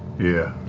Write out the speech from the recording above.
yeah.